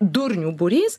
durnių būrys